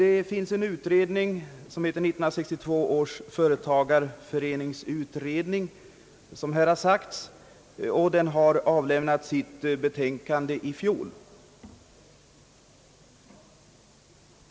1962 års företagareföreningsutredning avlämnade sitt betänkande i fjol.